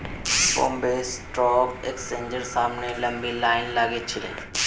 Bombay stock एक्सचेंजेर सामने लंबी लाइन लागिल छिले